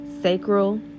sacral